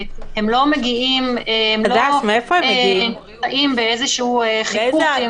הם לא באים באיזשהו חיכוך,